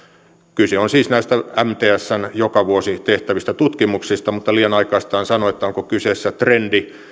kyse on siis näistä mtsn joka vuosi tehtävistä tutkimuksista mutta liian aikaista on sanoa onko kyseessä trendi